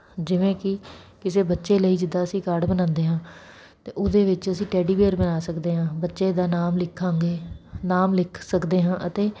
ਜਿਵੇਂ ਕਿ ਕਿਸੇ ਬੱਚੇ ਲਈ ਜਿੱਦਾਂ ਅਸੀਂ ਕਾਰਡ ਬਣਾਉਂਦੇ ਹਾਂ ਤੇ ਉਹਦੇ ਵਿੱਚ ਅਸੀਂ ਟੈਡੀ ਵੀਅਰ ਬਣਾ ਸਕਦੇ ਹਾਂ ਬੱਚੇ ਦਾ ਨਾਮ ਲਿਖਾਂਗੇ ਨਾਮ ਲਿਖ ਸਕਦੇ ਹਾਂ ਅਤੇ